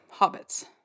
hobbits